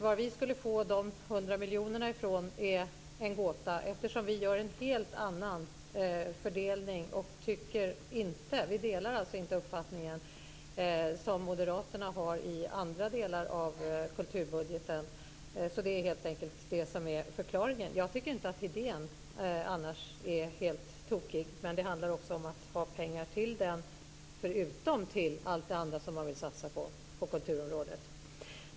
Var vi skulle få de 100 miljonerna ifrån är en gåta, eftersom vi gör en helt annan fördelning och inte delar den uppfattning som moderaterna har i andra delar av kulturbudgeten, så det är helt enkelt det som är förklaringen. Jag tycker inte annars att idén är helt tokig, men det handlar också om att ha pengar till den förutom till allt det andra som man vill satsa på på kulturområdet.